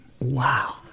wow